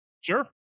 Sure